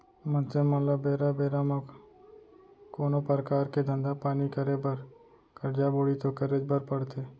मनसे मन ल बेरा बेरा म कोनो परकार के धंधा पानी करे बर करजा बोड़ी तो करेच बर परथे